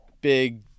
big